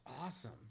awesome